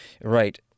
right